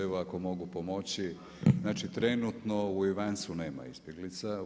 Evo ako mogu pomoći, znači trenutno u Ivancu nema izbjeglica.